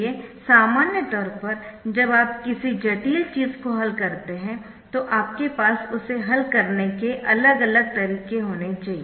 इसलिए सामान्य तौर पर जब आप किसी जटिल चीज़ को हल करते है तो आपके पास उसे हल करने के अलग अलग तरीके होने चाहिए